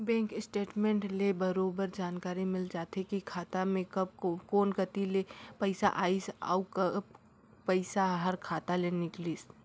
bank statement ले बरोबर जानकारी मिल जाथे की खाता मे कब कोन कति ले पइसा आइसे अउ कब पइसा हर खाता ले निकलिसे